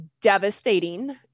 Devastating